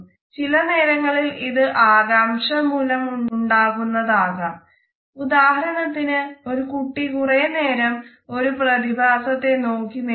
ചില നേരങ്ങളിൽ ഇത് ആകാംക്ഷ മൂലം ഉണ്ടാക്കുന്നത് ആകാം ഉദാഹരണത്തിന് ഒരു കുട്ടി കുറേ നേരം ഒരു പ്രതിഭാസത്തെ നോക്കി നിൽക്കുന്നത്